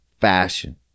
fashion